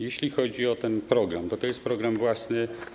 Jeśli chodzi o ten program, to jest to program własny.